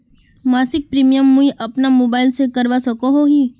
मासिक प्रीमियम मुई अपना मोबाईल से करवा सकोहो ही?